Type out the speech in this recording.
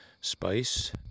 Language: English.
spice